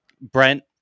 Brent